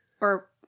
or-